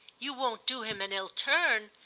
you won't do him an ill turn?